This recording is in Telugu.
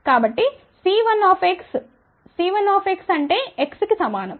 కాబట్టి C1x C1x అంటే x కి సమానం